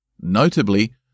notably